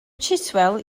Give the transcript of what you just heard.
chiswell